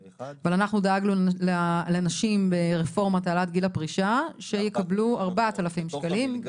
ואנחנו דאגנו לנשים ברפורמת העלאת גיל הפרישה שיקבלו 4,000 שקלים.